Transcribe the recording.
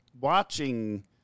watching